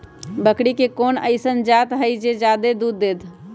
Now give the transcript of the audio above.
बकरी के कोन अइसन जात हई जे जादे दूध दे?